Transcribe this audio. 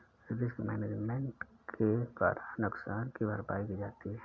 risk management के द्वारा नुकसान की भरपाई की जाती है